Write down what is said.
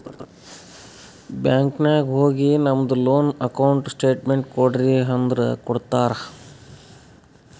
bank ನಾಗ್ ಹೋಗಿ ನಮ್ದು ಲೋನ್ ಅಕೌಂಟ್ ಸ್ಟೇಟ್ಮೆಂಟ್ ಕೋಡ್ರಿ ಅಂದುರ್ ಕೊಡ್ತಾರ್